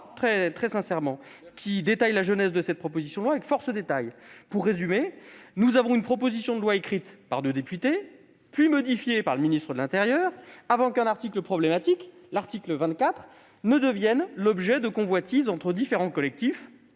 !... qui ont décrit la genèse de cette proposition de loi avec force détails. Pour résumer, nous avons affaire à une proposition de loi écrite par deux députés puis modifiée par le ministre de l'intérieur, avant qu'un article problématique, l'article 24, ne devienne l'objet des convoitises de différents collectifs,